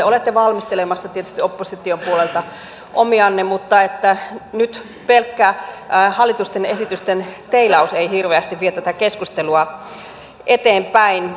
olette valmistelemassa tietysti opposition puolelta omianne mutta nyt pelkkä hallituksen esitysten teilaus ei hirveästi vie tätä keskustelua eteenpäin